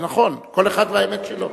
זה נכון, כל אחד והאמת שלו.